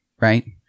right